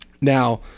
Now